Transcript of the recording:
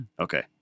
okay